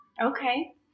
Okay